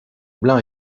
blanc